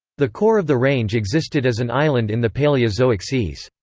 the core of the range existed as an island in the paleozoic seas.